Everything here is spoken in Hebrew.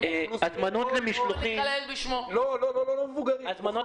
אבל אם בסופו של דבר המסחר ייפתח בשבוע הקרוב אז כמובן